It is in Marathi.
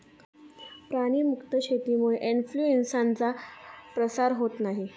प्राणी मुक्त शेतीमुळे इन्फ्लूएन्झाचा प्रसार होत नाही